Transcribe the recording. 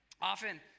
Often